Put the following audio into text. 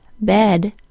bed